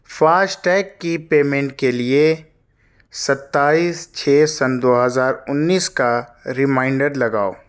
FASTag کی payment کے لیے ستائیس چھ سن دو ہزار انیس کا ریمائنڈر لگاؤ